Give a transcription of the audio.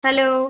hello